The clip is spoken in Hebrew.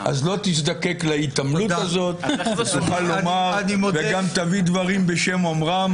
אז לא תזדקק להתעמלות הזאת וגם תביא דברים בשם אומרם.